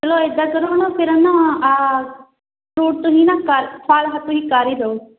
ਚਲੋ ਇੱਦਾਂ ਕਰੋ ਨਾ ਫਿਰ ਆ ਨਾ ਆਹ ਫਰੂਟ ਤੁਸੀਂ ਨਾ ਕਰ ਫਲ ਤੁਸੀਂ ਕਰ ਹੀ ਦਿਓ